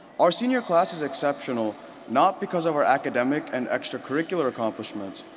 our senior class is exceptional not because of our academic and extracurricular accomplishments,